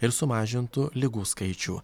ir sumažintų ligų skaičių